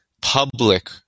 public